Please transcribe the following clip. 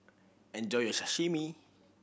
enjoy your Sashimi